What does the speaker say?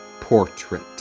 Portrait